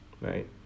Right